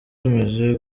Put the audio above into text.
tumaze